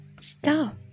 Stop